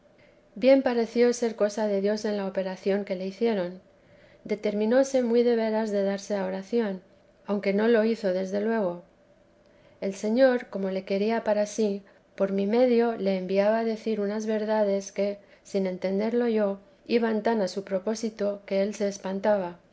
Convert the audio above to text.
bien pareció ser cosa de dios en la operación que le hicieron determinóse muy de veras de darse a oración aunque no lo hizo desde luego el señor como le quería para sí por mi medio le enviaba a decir unas verdades que sin entenderlo yo iban tan a su propósito que él se espantaba